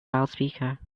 loudspeaker